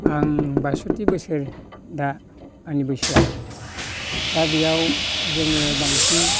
आं बायसत्ति बोसोर दा आंनि बैसोआ दा बेयाव जोङो बांसिन